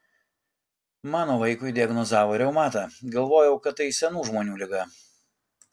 mano vaikui diagnozavo reumatą galvojau kad tai senų žmonių liga